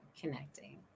connecting